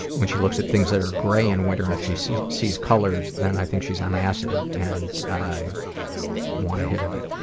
when she looks at things that are grey in winter, and she sees sees colours', then i think she's on acid and i want a hit of it.